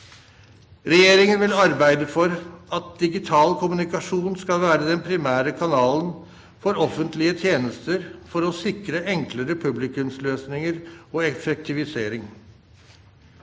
Regjeringen vil arbeide for at digital kommunikasjon skal være den primære kanalen for offentlige tjenester for å sikre enklere publikumsløsninger og effektivisering.